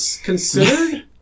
considered